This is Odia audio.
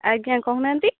ଆଜ୍ଞା କହୁନାହାନ୍ତି